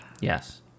Yes